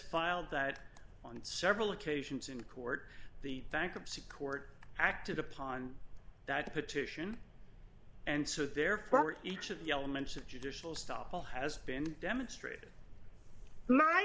filed that on several occasions in court the bankruptcy court acted upon that petition and so therefore we each of the elements of judicial stop will has been demonstrated